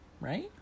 Right